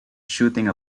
shooting